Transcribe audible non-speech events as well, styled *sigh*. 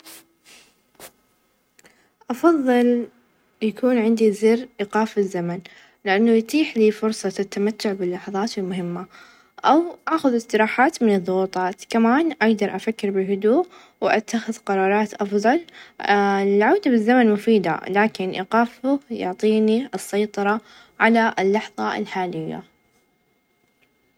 أفظل يكون عندي زر إيقاف الزمن؛ لإنه يتيح لي فرصة التمتع باللحظات المهمة، أو أخذ استراحات من الظغوطات، كمان أقدر أفكر بهدوء، وأتخذ قرارات أفظل *hesitation* العودة بالزمن مفيدة، لكن إيقافه يعطيني السيطرة على اللحظة الحالية.